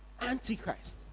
Antichrist